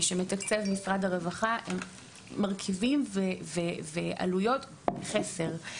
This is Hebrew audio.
שמתקצב משרד הרווחה הם מרכיבים ועלויות חסר.